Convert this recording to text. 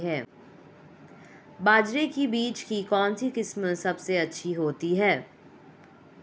बाजरे के बीज की कौनसी किस्म सबसे अच्छी होती है?